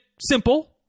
simple